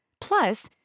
Plus